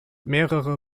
mehrere